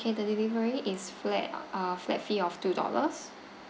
okay the delivery is flat uh flat fee of two dollars